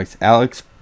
Alex